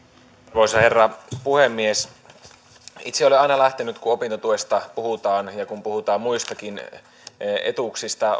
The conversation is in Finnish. arvoisa herra puhemies itse olen aina lähtenyt siitä kun opintotuesta puhutaan ja kun puhutaan muistakin etuuksista